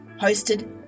hosted